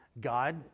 god